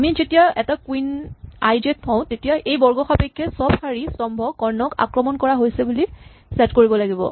আমি যেতিয়া এটা কুইন আই জে ত থওঁ তেতিয়া এই বৰ্গ সাপেক্ষে চব শাৰী স্তম্ভ কৰ্ণক আক্ৰমণ কৰা হৈছে বুলি ছেট কৰিব লাগিব